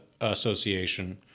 Association